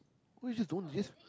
why just you don't obvious